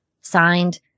Signed